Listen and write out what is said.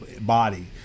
body